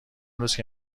روزکه